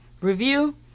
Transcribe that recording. review